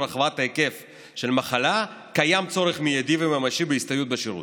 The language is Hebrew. רחבת היקף של מחלה קיים צורך מיידי וממשי בהסתייעות בשירות".